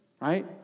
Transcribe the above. Right